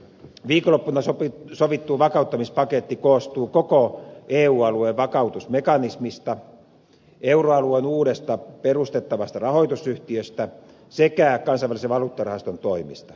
viikonloppuna sovittu vakauttamispaketti koostuu koko eu alueen vakautusmekanismista euroalueen uudesta perustettavasta rahoitusyhtiöstä sekä kansainvälisen valuuttarahaston toimista